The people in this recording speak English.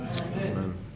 Amen